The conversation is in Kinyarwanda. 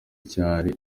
cyari